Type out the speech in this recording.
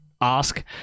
ask